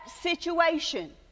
situation